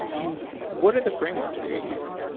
and what are the frameworks that you're using?